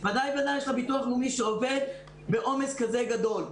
בוודאי ובוודאי של הביטוח הלאומי שעובד בעומס כזה גדול.